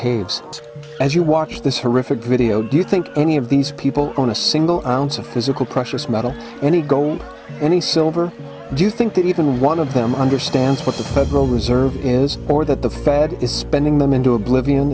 behaves as you watch this horrific video do you think any of these people on a single ounce of physical precious metal any gold any silver do you think even one of them understands what the federal reserve is or that the fed is spending them into oblivion